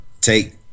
take